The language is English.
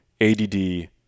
ADD